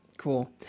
Cool